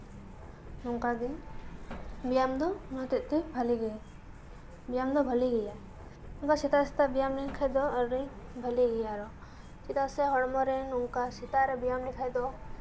ᱱᱚᱝᱠᱟ ᱜᱮ ᱵᱮᱭᱟᱢ ᱫᱚ ᱚᱱᱟ ᱦᱚᱛᱮᱡᱛᱮ ᱵᱷᱟᱹᱞᱤ ᱜᱮ ᱵᱮᱭᱟᱢ ᱫᱚ ᱵᱷᱟᱹᱞᱤ ᱜᱮᱭᱟ ᱚᱱᱠᱟ ᱥᱮᱛᱟ ᱥᱮᱛᱟᱜ ᱵᱮᱭᱟᱢ ᱞᱮᱱᱠᱷᱟᱱ ᱫᱚ ᱟᱹᱰᱤ ᱵᱷᱟᱹᱞᱤ ᱜᱮᱭᱟ ᱟᱨᱚ ᱪᱮᱫᱟᱜ ᱥᱮ ᱦᱚᱲᱢᱚ ᱨᱮ ᱱᱚᱝᱠᱟ ᱥᱮᱛᱟᱜ ᱨᱮ ᱵᱮᱭᱟᱢ ᱞᱮᱠᱷᱟᱡ ᱫᱚ